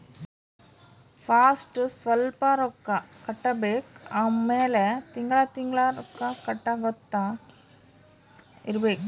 first ಸ್ವಲ್ಪ್ ರೊಕ್ಕಾ ಕಟ್ಟಬೇಕ್ ಆಮ್ಯಾಲ ತಿಂಗಳಾ ತಿಂಗಳಾ ರೊಕ್ಕಾ ಕಟ್ಟಗೊತ್ತಾ ಇರ್ಬೇಕ್